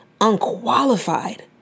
unqualified